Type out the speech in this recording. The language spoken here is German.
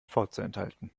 vorzuenthalten